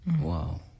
Wow